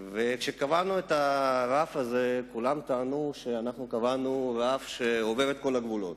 וכשקבענו את הרף הזה כולם טענו שאנחנו קבענו רף שעובר את כל הגבולות.